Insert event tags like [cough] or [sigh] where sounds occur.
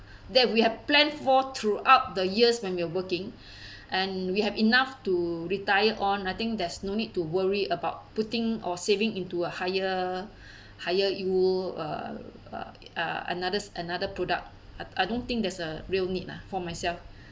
that we have planned for throughout the years when we are working [breath] and we have enough to retire on I think there's no need to worry about putting or saving into a higher [breath] higher you uh uh uh another's another product I I don't think there's a real need ah for myself